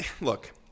look